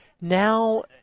now